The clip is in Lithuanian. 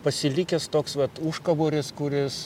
pasilikęs toks vat užkaboris kuris